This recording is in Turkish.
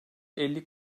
elli